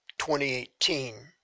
2018